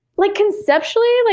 like conceptually, like